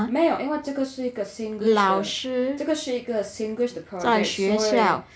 没有因为这是一个 singlish 的这是一个 singlish 的 project 所以